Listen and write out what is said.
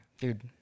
dude